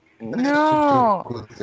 No